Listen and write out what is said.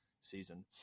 season